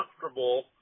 comfortable